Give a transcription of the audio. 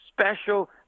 special